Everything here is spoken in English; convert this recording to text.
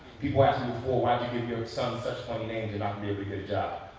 people ask me for why'd you give your sons such funny names and not be able to get a job?